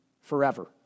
forever